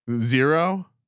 Zero